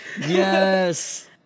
Yes